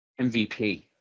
MVP